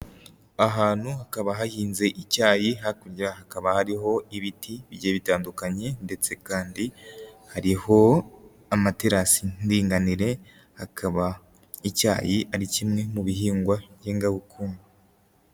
Ahantu hakaba hahinze icyayi hakurya hakaba hariho ibiti bigiye bitandukanye ndetse kandi hariho amaterasi y'indinganire, hakaba icyayi ari kimwe mu bihingwa ngengabukungu.